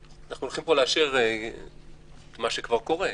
אנחנו הולכים פה לאשר את מה שכבר קורה,